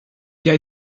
jij